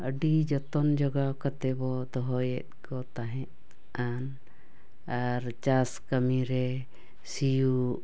ᱟᱹᱰᱤ ᱡᱚᱛᱚᱱ ᱡᱚᱜᱟᱣ ᱠᱟᱛᱮᱵᱚ ᱫᱚᱦᱚᱭᱮᱫ ᱠᱚ ᱛᱟᱦᱮᱫᱼᱟᱱ ᱟᱨ ᱪᱟᱥ ᱠᱟᱹᱢᱤ ᱨᱮ ᱥᱤᱭᱚᱜ